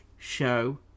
Show